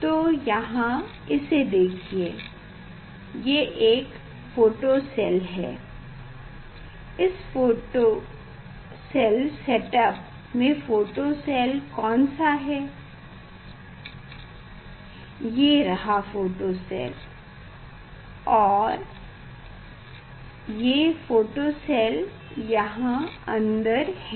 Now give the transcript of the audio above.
तो यहाँ इसे देखिए ये एक फोटो सेल है इस सेट अप में फोटो सेल कौन सा है ये रहा फोटो सेल और ये है फोटो सेल यहाँ अंदर है